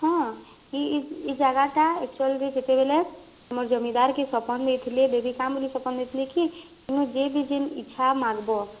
ହଁ ଇ ଇ ଜାଗାଟା ଏକ୍ଚ୍ୟୁଆଲ୍ରେ ଯେତେବେଲେ ଆମର୍ ଜମିଦାର୍କେ ସପନ୍ ଦେଇଥିଲେ ଦେବୀ କାଁ ବୋଲି ସପନ୍ ଦେଇଥିଲେ କି ଇନୁ ଯିଏ ବି ଯେନ୍ ଇଚ୍ଛା ମାଗ୍ବ